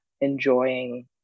enjoying